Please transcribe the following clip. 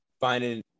Finding